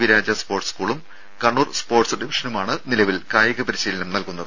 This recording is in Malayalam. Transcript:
വി രാജ സ്പോർട്സ് സ്കൂളും കണ്ണൂർ സ്പോർട്സ് ഡിവിഷനുമാണ് നിലവിൽ കായിക പരിശീലനം നൽകുന്നത്